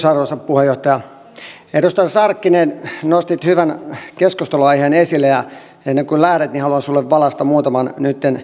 arvoisa puheenjohtaja edustaja sarkkinen nostit hyvän keskustelunaiheen esille ja ennen kuin lähdet haluan sinulle valaista nytten muutaman